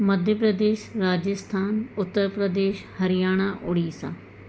Madhya Pradesh Rajasthan Uttar Pradesh Haryana Orissa